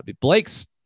Blake's